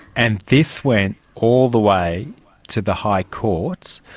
and this went all the way to the high court.